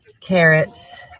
carrots